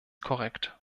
korrekt